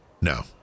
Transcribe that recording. No